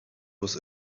was